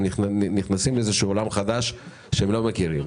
הם נכנסים לאיזשהו עולם חדש שהם לא מכירים.